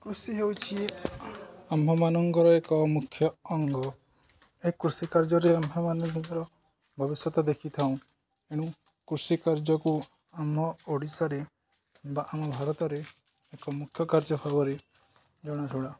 କୃଷି ହେଉଛି ଆମ୍ଭମାନଙ୍କର ଏକ ମୁଖ୍ୟ ଅଙ୍ଗ ଏ କୃଷି କାର୍ଯ୍ୟରେ ଆମ୍ଭ ମାନଙ୍କର ଭବିଷ୍ୟତ ଦେଖିଥାଉ ଏଣୁ କୃଷି କାର୍ଯ୍ୟକୁ ଆମ ଓଡ଼ିଶାରେ ବା ଆମ ଭାରତରେ ଏକ ମୁଖ୍ୟ କାର୍ଯ୍ୟ ଭାବରେ ଜଣାଶୁଣା